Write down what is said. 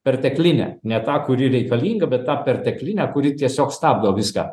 perteklinę ne tą kuri reikalinga bet tą perteklinę kuri tiesiog stabdo viską